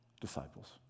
disciples